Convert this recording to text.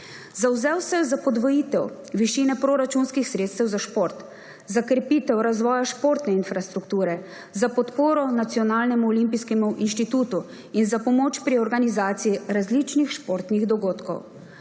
Zavzel se je za podvojitev višine proračunskih sredstev za šport, za krepitev razvoja športne infrastrukture, za podporo Nacionalnemu olimpijskemu inštitutu in za pomoč pri organizaciji različnih športnih dogodkov.